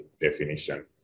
definition